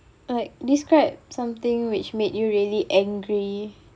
like describe something which made you really angry